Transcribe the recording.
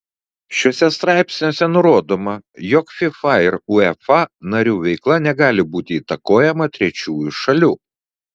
šiuose straipsniuose nurodoma jog fifa ir uefa narių veikla negali būti įtakojama trečiųjų šalių